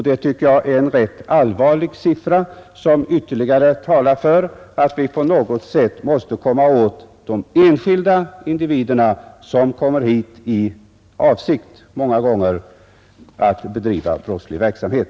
Det tycker jag är allvarliga siffror, som ytterligare talar för att vi på något sätt måste komma åt de enskilda människor som många gånger kommer hit i avsikt att bedriva brottslig verksamhet.